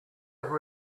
have